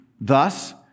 Thus